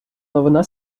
новина